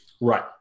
Right